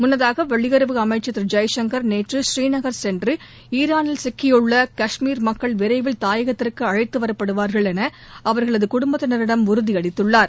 முன்னதாக வெளியுறவு அமைச்ச் திரு ஜெய்சங்கா் நேற்று புநீநகா் சென்று ஈரானில் சிக்கியுள்ள கஷ்மீர் மக்கள் விரைவில் தாயகத்திற்கு அழைத்து வரப்படுவாா்கள் என அவா்களது குடும்பத்தினிடம் உறுதியளித்துள்ளார்